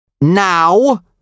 Now